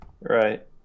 Right